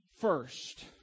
first